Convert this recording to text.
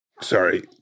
Sorry